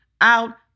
out